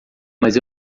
mas